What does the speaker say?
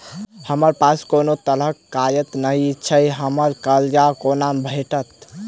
हमरा पास कोनो तरहक कागज नहि छैक हमरा कर्जा कोना भेटत?